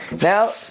Now